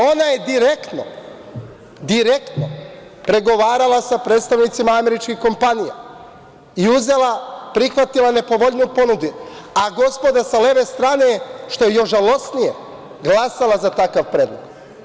Ona je direktno, direktno, pregovarala sa predstavnicima američkih kompanija i prihvatila nepovoljniju ponudu, a gospoda sa leve strane, što je još žalosnije, glasala za takav predlog.